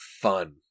fun